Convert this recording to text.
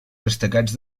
destacats